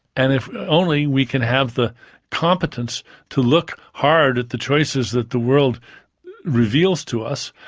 and if only we can have the competence to look hard at the choices that the world reveals to us,